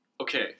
Okay